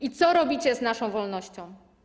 I co robicie z naszą wolnością?